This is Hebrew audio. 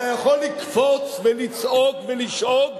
אתה יכול לקפוץ ולצעוק ולשאוג,